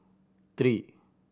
three